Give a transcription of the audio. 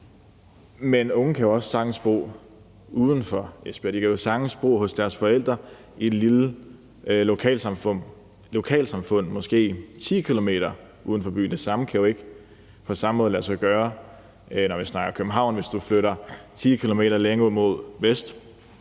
Men unge kan jo også sagtens bo uden for Esbjerg. De kan jo sagtens bo hos deres forældre i et lille lokalsamfund måske 10 km uden for byen. Det samme kan ikke på samme måde lade sig gøre, når vi snakker København. Hvis du flytter 10 km længere mod vest,